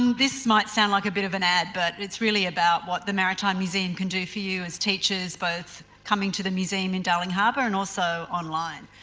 um this might sound like a bit of an ad but it's really about what the maritime museum can do for you as teachers, both coming to the museum in darling harbour and also online.